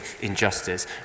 injustice